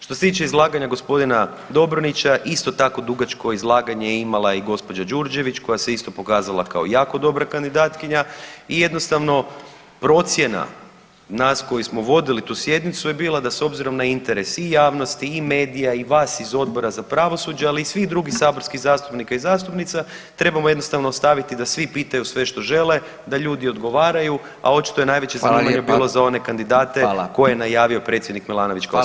Što se tiče izlaganja gospodina Dobronića, isto tako dugačko izlaganje je imala i gospođa Đurđević koja se isto pokazala kao jako dobra kandidatkinja i jednostavno, procjena nas koji smo vodili tu sjednicu je bila da s obzirom na interes i javnosti i medija i vas iz Odbora za pravosuđe ali i svih drugih saborskih zastupnika i zastupnica, treba jednostavno staviti da svi pitaju sve što žele, da ljudi odgovaraju a očito je najveće zanimanje bilo za one kandidate koje je najavio Predsjednik Milanović